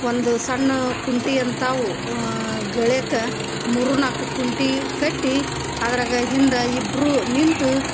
ಒಂದು ಸಣ್ಣ ಪುಂಟಿ ಅಂತಾವು ಗಳ್ಯಾಕ್ಕ ಮೂರು ನಾಲ್ಕು ಕುಂಟಿ ಕಟ್ಟಿ ಅದ್ರಾಗ ಹಿಂದಾ ಇಬ್ಬರು ನಿಂತು